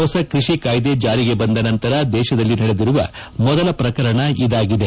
ಹೊಸ ಕೃಷಿ ಕಾಯ್ದೆ ಜಾರಿಗೆ ಬಂದ ನಂತರ ದೇಶದಲ್ಲಿ ನಡೆದಿರುವ ಮೊದಲ ಪ್ರಕರಣ ಇದಾಗಿದೆ